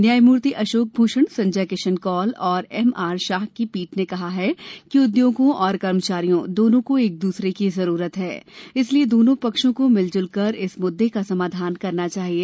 न्यायमूर्ति अशोक भूषण संजय किशन कौल और M R Shah की पीठ ने कहा कि उदयोगों और कर्मचारियों दोनों को एक दूसरे की जरूरत है इसलिए दोनों पक्षों को मिलजुल कर इस मुद्दे का समाधान करना चाहिए